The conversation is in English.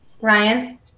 Ryan